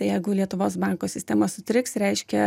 tai jeigu lietuvos banko sistema sutriks reiškia